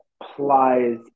applies